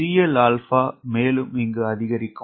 𝐶Lα மேலும் இங்கு அதிகரிக்கும்